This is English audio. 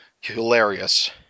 hilarious